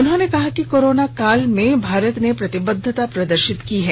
उन्होंने कहा कि कोरोना काल में भारत ने प्रतिबद्धता प्रदर्शित की है